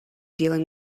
dealing